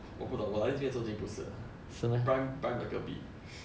我不懂我来这边不是的 prime prime 的隔壁